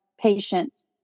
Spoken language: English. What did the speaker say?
patient